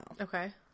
Okay